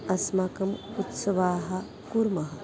अस्माकम् उत्सवान् कुर्मः